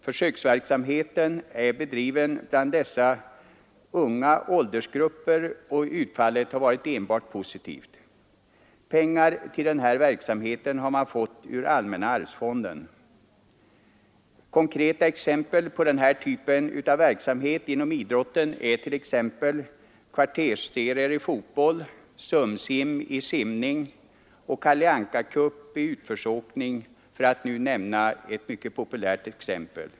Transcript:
Försöksverksamhet har bedrivits bland dessa unga åldersgrupper, och utfallet har varit enbart positivt. Pengar för denna verksamhet har man fått ur allmänna arvsfonden. Konkreta exempel på denna typ av verksamhet inom idrotten är kvartersserier i fotboll, SUM-Sim i simning och Kalle Anka-Cup i utförsåkning — för att nämna ett nu aktuellt exempel.